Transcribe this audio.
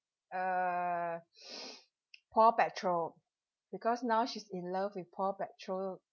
uh paw patrol because now she's in love with paw patrol